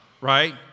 right